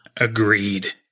Agreed